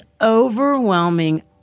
overwhelming